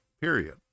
period